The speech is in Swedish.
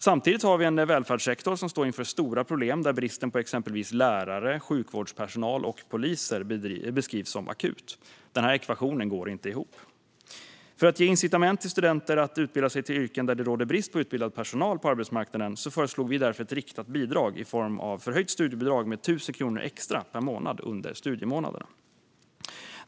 Samtidigt har vi en välfärdssektor som står inför stora problem där bristen på exempelvis lärare, sjukvårdspersonal och poliser beskrivs som akut. Den ekvationen går inte ihop. För att ge incitament till studenter att utbilda sig till yrken där det råder brist på utbildad personal på arbetsmarknaden föreslår vi därför ett riktat bidrag i form av förhöjt studiebidrag med 1 000 kronor extra per månad under studiemånaderna.